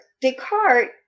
Descartes